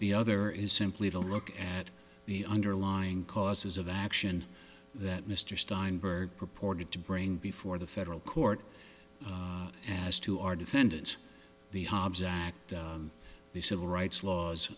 the other is simply to look at the underlying causes of action that mr steinberg purported to bring before the federal court as to our defendants the hobbs act the civil rights laws